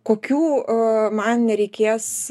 kokių man nereikės